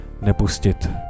nepustit